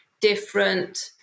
different